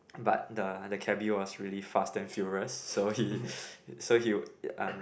but the the cabby was really fast and furious so he so he uh